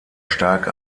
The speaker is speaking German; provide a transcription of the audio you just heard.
stark